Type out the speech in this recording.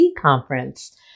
conference